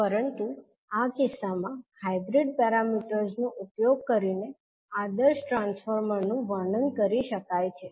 પરંતુ આ કિસ્સામાં હાઇબ્રીડ પેરામીટર્સ નો ઉપયોગ કરીને આદર્શ ટ્રાન્સફોર્મર નું વર્ણન કરી શકાય છે